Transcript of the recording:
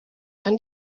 and